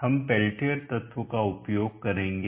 हम पेल्टियर तत्व का उपयोग करेंगे